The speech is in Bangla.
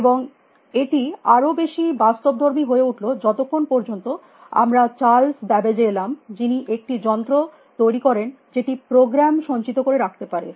এবং এটি আরো বেশী বাস্তবধর্মী হয়ে উঠলো যতক্ষণ পর্যন্ত আমরা চার্লস ব্যাবেজে এলাম যিনি একটি যন্ত্র তৈরী করেন যেটি প্রোগ্রাম সঞ্চিত করে রাখতে পারে